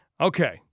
okay